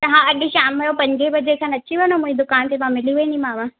तव्हां अॼु शाम जो पंज बजे खनि अची वञो मुंहिंजी दुकान ते मां मिली वेंदीमांव